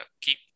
keep